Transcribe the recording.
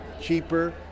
cheaper